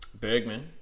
Bergman